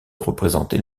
représenter